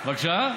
בבקשה?